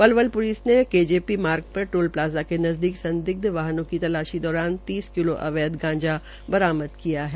Palwal police ने KGP मार्ग पर टोल प्लाजा के नजदीक संदिग्ध वाहनों की तलाशी दौरान तीन किलो अवैध गांजा बरामद किया है